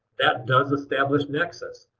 that does establish nexus.